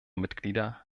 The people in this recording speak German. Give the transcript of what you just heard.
mitglieder